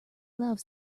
loves